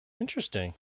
Interesting